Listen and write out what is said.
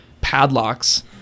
padlocks